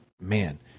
man